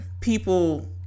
people